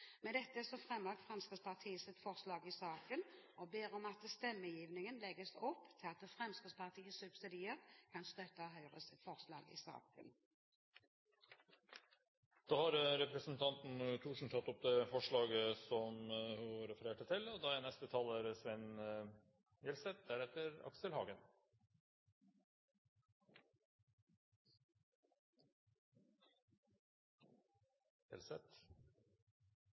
Med dette fremmer Fremskrittspartiet sitt forslag i saken og ber om at stemmegivningen legges opp slik at Fremskrittspartiet subsidiært kan støtte Høyres forslag i saken. Representanten Bente Thorsen har tatt opp det forslaget hun refererte til. Buplikta var historisk ein del av prestane si lønn. Ho er